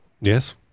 Yes